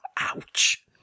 Ouch